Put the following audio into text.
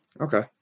okay